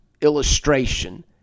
illustration